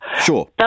Sure